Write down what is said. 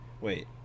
Wait